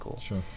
Sure